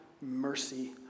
mercy